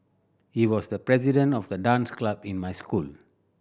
he was the president of the dance club in my school